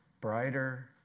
brighter